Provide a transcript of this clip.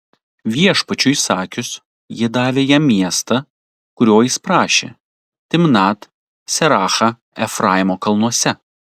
viešpačiui įsakius jie davė jam miestą kurio jis prašė timnat serachą efraimo kalnuose